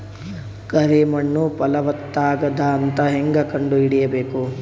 ಕರಿ ಮಣ್ಣು ಫಲವತ್ತಾಗದ ಅಂತ ಹೇಂಗ ಕಂಡುಹಿಡಿಬೇಕು?